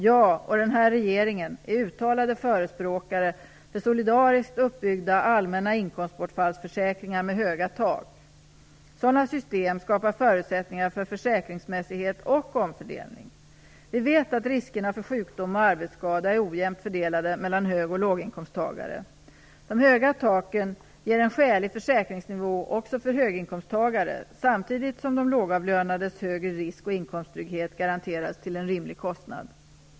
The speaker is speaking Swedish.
Jag, och den här regeringen, är uttalade förespråkare för solidariskt uppbyggda allmänna inkomstbortfallsförsäkringar med höga tak. Sådana system skapar förutsättningar för försäkringsmässighet och omfördelning. Vi vet att riskerna för sjukdom och arbetsskada är ojämnt fördelade mellan hög och låginkomsttagare. De höga taken ger en skälig försäkringsnivå också för höginkomsttagare samtidigt som de lågavlönades högre risk och inkomsttrygghet garanteras till en rimlig kostnad.